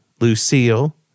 Lucille